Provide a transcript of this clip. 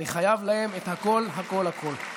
אני חייב להם את הכול הכול הכול.